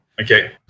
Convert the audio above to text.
Okay